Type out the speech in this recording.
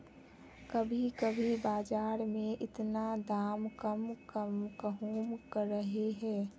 कभी कभी बाजार में इतना दाम कम कहुम रहे है?